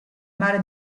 mare